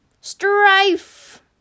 Strife